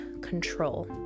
control